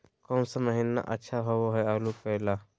कौन सा महीना अच्छा होइ आलू के ला?